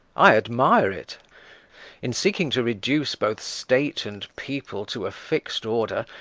i admire it in seeking to reduce both state and people to a fix'd order,